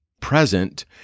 present